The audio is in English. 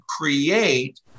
create